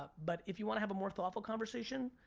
ah but if you want to have a more thoughtful conversation,